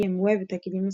ב.מ.וו ותאגידים נוספים.